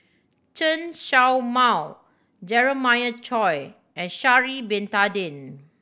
Chen Show Mao Jeremiah Choy and Sha'ari Bin Tadin